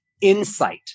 insight